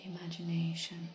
imagination